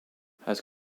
had